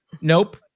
nope